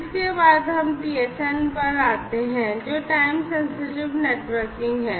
इसके बाद हम TSN पर आते हैं जो टाइम सेंसिटिव नेटवर्किंग है